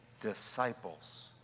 disciples